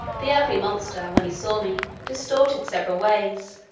the ugly monster, when he saw me, distorted several ways,